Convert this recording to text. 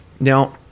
Now